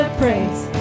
praise